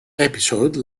episode